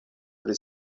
pri